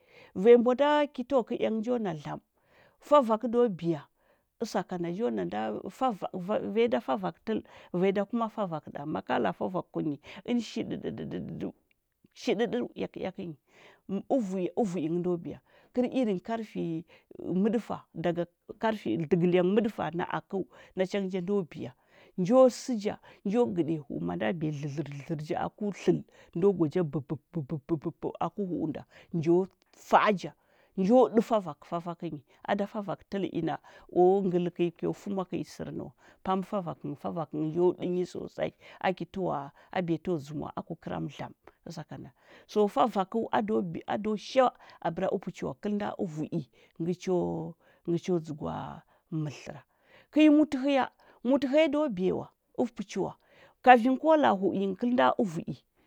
Vanya hdɚ da ki to kɚ ea ngɚ njo nga dlam favako do biya ɚsakanda njo na nda fava vavanyi da favakɚ tɚl vanyi da kuma favakɚ ɗa, maka laa favakɚ kunyi ɚnɚ shiɗɚdɚ ɗɚu shiɗɚɗɚu eak-eakɚ nyi ɚvui ɚvu’i ngɚ ndo biya kɚr inn karfi mɚɗɚfa daga karfi dagɚ lyang mɚdɚfa nɚ akɚu na changɚ ja ndo biya njo sɚ ja njo gɚɗiya hu’u manda biya ja dlɚdlɚr dlɚdlɚrɚu a ku tlɚl, ndo gwaja bɚbɚp bɚbɚp bɚpɚp aku hu’u nda, njo fa’a ja, njo ɗɚ favakɚ favakɚ nyi a da favakɚ tɚl inna o ngɚl kɚi kyo kɚi kya fumwa kɚi sɚri a nɚwa pamɚ favakɚ ngɚ favakɚ hyɚ njo ɗinyi sosai aki tɚwa a biya tɚwa dzumah aku kɚra mɚ lam ɚsakanda so favakɚu ado biya ado sha abɚra upuchi wa kɚl nda ɚvu’i ngɚ cho ngɚ cho dzɚgwa mɚrɚ tlɚra kɚi mutɚ hɚya mutɚ hɚya do biya wa ɚ puchi wa, katin ko la’a hu’u ngɚ kɚl nda ɚvu’i.